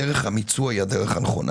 דרך המיצוע היא הדרך הנכונה.